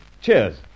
Cheers